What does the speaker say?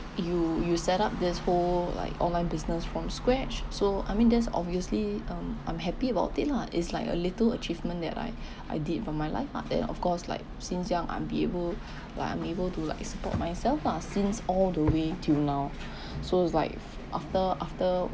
you you set up this whole like online business from scratch so I mean that's obviously um I'm happy about it lah is like a little achievement that I I did for my life ah then of course like since young I'm be able like I'm able to like support myself lah since all the way till now so is like after after